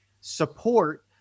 support